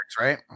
right